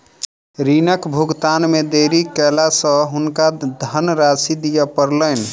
ऋणक भुगतान मे देरी केला सॅ हुनका धनराशि दिअ पड़लैन